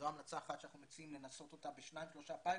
זו המלצה אחת שאנחנו מציעים לנסות אותה בשניים-שלושה פיילוטים,